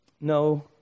No